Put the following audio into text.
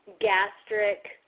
gastric